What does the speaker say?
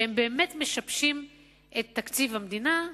שבאמת משבשים את תקציב המדינה,